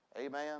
Amen